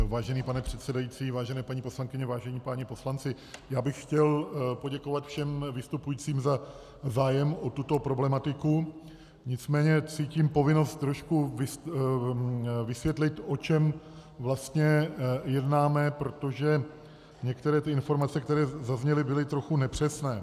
Vážený pane předsedající, vážené paní poslankyně, vážení páni poslanci, já bych chtěl poděkovat všem vystupujícím za zájem o tuto problematiku, nicméně cítím povinnost trošku vysvětlit, o čem vlastně jednáme, protože některé informace, které zazněly, byly trochu nepřesné.